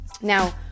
now